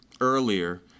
earlier